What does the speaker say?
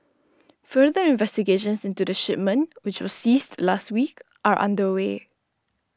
further investigations into the shipment which was seized last week are underway